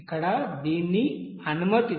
ఇక్కడ ని అనుమతించండి